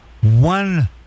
one